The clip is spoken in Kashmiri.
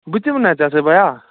بہٕ تہِ یِمہٕ نا ژےٚ سۭتۍ بیا